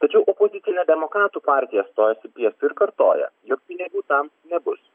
tačiau opozicinė demokratų partija stojasi piestu ir kartoja jog pinigų tam nebus